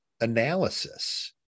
analysis